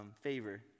favor